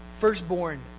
firstborn